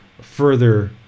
further